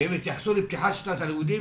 הם התייחסו לפתיחת שנת הלימודים,